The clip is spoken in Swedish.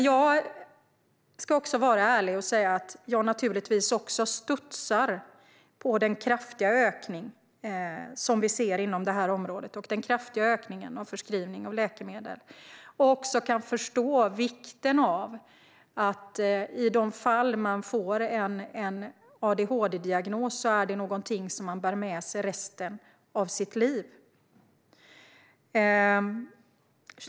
Jag ska vara ärlig och säga att jag naturligtvis också studsar till av den kraftiga ökning som vi ser inom detta område och av den kraftiga ökningen när det gäller förskrivning av läkemedel. Jag kan också förstå vikten av att den som får en adhd-diagnos bär med sig denna under resten av sitt liv.